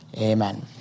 Amen